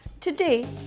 Today